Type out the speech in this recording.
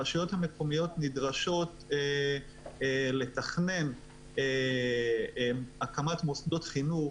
הרשויות המקומיות נדרשות לתכנן הקמת מוסדות חינוך,